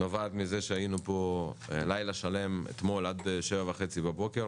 נובעת מזה שהיינו פה לילה שלם אתמול עד 7:30 בבוקר